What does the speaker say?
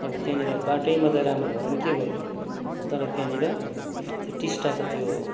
अब त्यहाँनिरबाटै मात्रै राम्रो भएर पनि नि के गर्नु तर त्यहाँनिर त्यो टिस्टाको त्यो